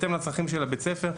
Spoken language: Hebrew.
בהתאם לצרכים של בית הספר.